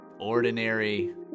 ordinary